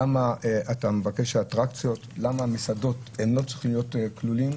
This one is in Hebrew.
למה אתה מבקש שהאטרקציות למה מסעדות לא צריכות להיות כלולות.